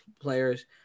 players –